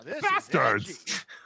Bastards